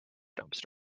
dumpster